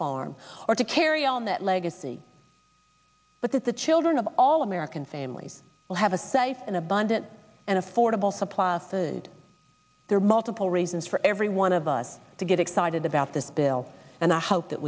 farm or to carry on that legacy but that the children of all american families will have a say in abundant and affordable supply and there are multiple reasons for every one of us to get excited about this bill and i hope that